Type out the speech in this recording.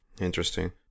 Interesting